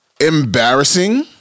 Embarrassing